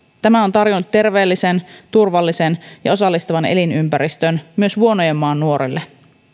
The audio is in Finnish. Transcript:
tämä on tarjonnut terveellisen turvallisen ja osallistavan elin ympäristön myös vuonojen maan nuorelle